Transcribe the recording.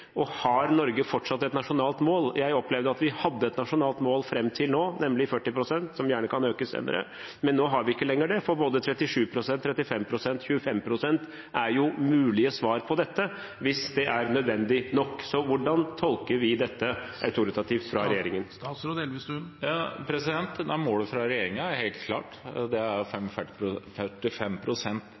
Og har Norge fortsatt et nasjonalt mål? Jeg opplevde at vi hadde et nasjonalt mål fram til nå, nemlig 40 pst., som gjerne kan økes senere, men nå har vi ikke lenger det, for både 37 pst., 35 pst. og 25 pst. er jo mulige svar på dette, hvis det er nødvendig nok. Så hvordan tolker vi dette autoritativt fra regjeringen? Målet for regjeringen er helt klart: Det er